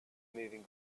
moving